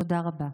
תודה רבה.